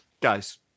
guys